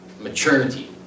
maturity